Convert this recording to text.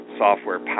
software